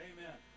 Amen